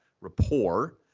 rapport